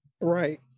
Right